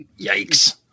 Yikes